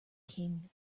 king